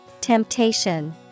Temptation